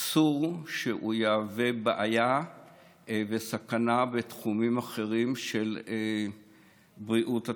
אסור שהוא יהווה בעיה וסכנה בתחומים אחרים של בריאות הציבור.